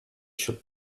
should